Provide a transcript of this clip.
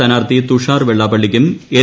സ്ഥാനാർത്ഥി തുഷാർ വെള്ളാപ്പ ള്ളിക്കും എൽ